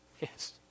Yes